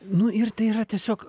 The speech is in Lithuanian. nu ir tai yra tiesiog